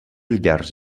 llars